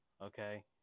okay